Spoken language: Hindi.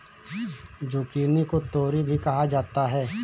जुकिनी को तोरी भी कहा जाता है